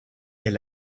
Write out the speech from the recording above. est